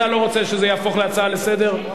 אתה לא רוצה שזה יהפוך להצעה לסדר-היום?